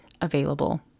available